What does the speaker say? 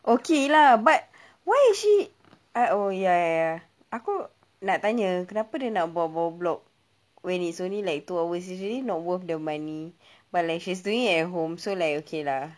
okay lah but why is she I oh ya ya ya ya aku nak tanya kenapa dia nak buat bawah block when it's only like two hours usually it's not worth the money but like she's doing at home so like okay lah